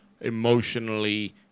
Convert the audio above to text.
emotionally